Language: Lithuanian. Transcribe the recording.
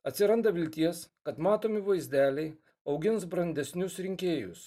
atsiranda vilties kad matomi vaizdeliai augins brandesnius rinkėjus